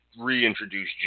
reintroduce